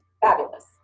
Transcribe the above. fabulous